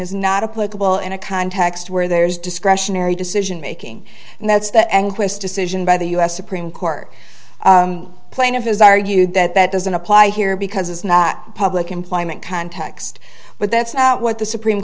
is not a political in a context where there is discretionary decision making and that's that anguished decision by the u s supreme court plaintiff has argued that that doesn't apply here because it's not a public employment context but that's not what the supreme